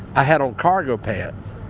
i had on cargo pants.